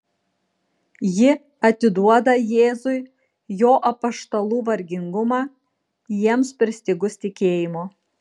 ji atiduoda jėzui jo apaštalų vargingumą jiems pristigus tikėjimo